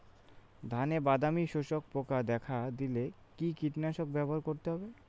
ধানে বাদামি শোষক পোকা দেখা দিলে কি কীটনাশক ব্যবহার করতে হবে?